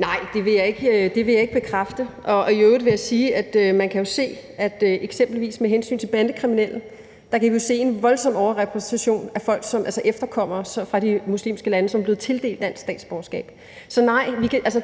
Nej, det vil jeg ikke bekræfte. I øvrigt vil jeg sige, at man jo med hensyn til eksempelvis bandekriminelle kan se en voldsom overrepræsentation af efterkommere fra de muslimske lande, som er blevet tildelt dansk statsborgerskab. Så nej,